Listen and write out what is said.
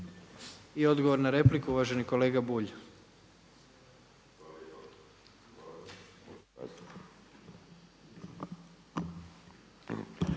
Odgovor na repliku uvaženi kolega